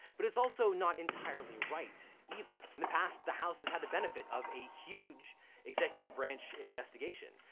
but it's also not entirely right either. in the past the house has had the benefit of a huge executive branch investigation.